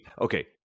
Okay